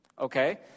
Okay